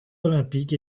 olympiques